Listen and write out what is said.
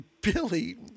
Billy